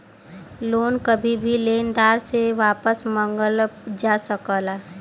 loan कभी भी लेनदार से वापस मंगल जा सकला